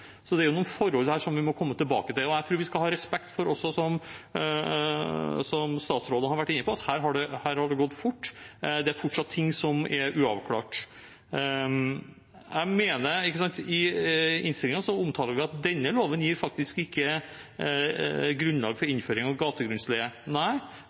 så det er noen forhold her som vi må komme tilbake til. Jeg tror vi skal ha respekt for også, som statsråden har vært inne på, at her har det gått fort – det er fortsatt ting som er uavklart. I innstillingen omtaler vi at denne loven faktisk ikke gir grunnlag for